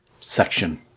section